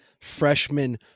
freshman